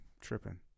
tripping